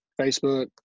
Facebook